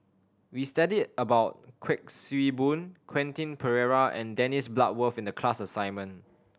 we studied about Kuik Swee Boon Quentin Pereira and Dennis Bloodworth in the class assignment